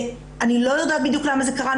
אני לא יודעת בדיוק למה זה קרה.